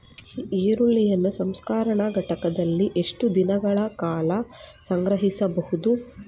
ಈರುಳ್ಳಿಯನ್ನು ಸಂಸ್ಕರಣಾ ಘಟಕಗಳಲ್ಲಿ ಎಷ್ಟು ದಿನಗಳ ಕಾಲ ಸಂಗ್ರಹಿಸಬಹುದು?